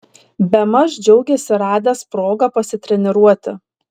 bemaž džiaugėsi radęs progą pasitreniruoti